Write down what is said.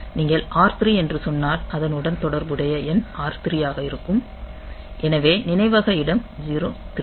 நீங்கள் R3 என்று சொன்னால் அதனுடன் தொடர்புடைய எண் R3 ஆக இருக்கும் எனவே நினைவக இடம் 03